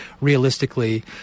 realistically